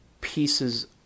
pieces